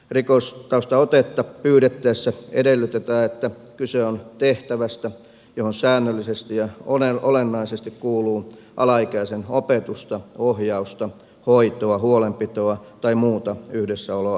rikostaustaotetta pyydettäessä edellytetään että kyse on tehtävästä johon säännöllisesti ja olennaisesti kuuluu alaikäisen opetusta ohjausta hoitoa huolenpitoa tai muuta yhdessäoloa alaikäisen kanssa